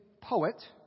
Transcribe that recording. poet